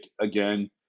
again